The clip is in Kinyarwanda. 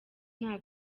nta